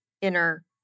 inner